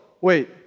wait